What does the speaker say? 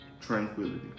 tranquility